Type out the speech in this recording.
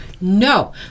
No